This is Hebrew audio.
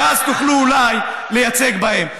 ואז תוכלו אולי לייצג אותם.